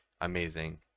amazing